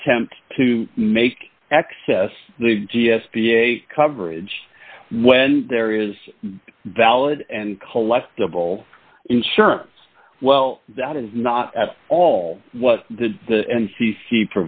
attempt to make access the d s p a coverage when there is a valid and collectible insurance well that is not at all what the